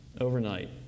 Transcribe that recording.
overnight